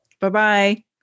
Bye-bye